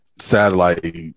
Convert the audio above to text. satellite